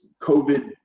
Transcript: COVID